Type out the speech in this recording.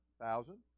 thousand